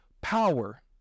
power